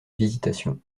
visitation